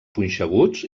punxeguts